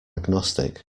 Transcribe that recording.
agnostic